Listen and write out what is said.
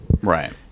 Right